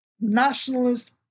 Nationalist